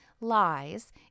lies